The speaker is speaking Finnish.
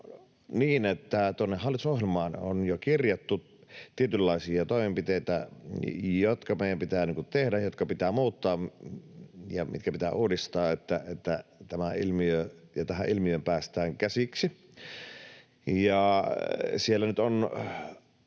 niin, että tuonne hallitusohjelmaan on jo kirjattu tietynlaisia toimenpiteitä, jotka meidän pitää tehdä, jotka pitää muuttaa ja jotka pitää uudistaa, että tähän ilmiöön päästään käsiksi. Siellä on